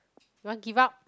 you want give up